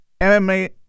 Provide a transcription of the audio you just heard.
MMA